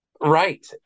Right